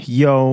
yo